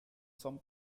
some